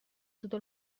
tutto